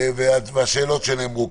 והשאלות שנשאלו כאן.